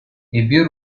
эпир